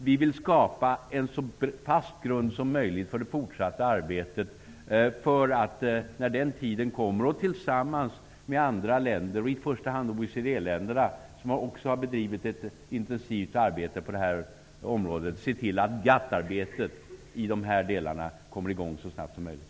Vi vill skapa en så fast grund som möjligt för det fortsatta arbetet. Tillsammans med andra länder -- i första hand OECD-länderna, som också har bedrivit ett intensivt arbete på det här området -- skall vi se till att GATT-arbetet i de här delarna kommer i gång så snabbt som möjligt.